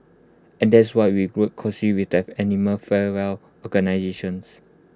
and that's why we work close with the animal fare well organisations